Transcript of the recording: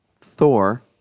Thor